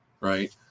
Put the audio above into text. Right